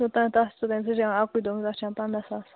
گژھان پنٛدہ ساس